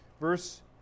Verse